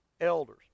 elders